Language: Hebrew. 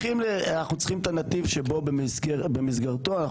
אנחנו צריכים את הנתיב שבמסגרתו אנחנו